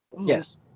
Yes